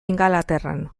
ingalaterran